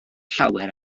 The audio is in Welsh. llawer